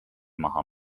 maha